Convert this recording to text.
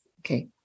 okay